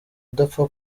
udapfa